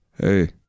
Hey